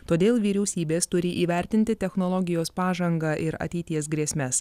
todėl vyriausybės turi įvertinti technologijos pažangą ir ateities grėsmes